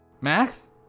Max